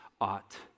ought